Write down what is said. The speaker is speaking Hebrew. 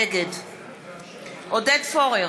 נגד עודד פורר,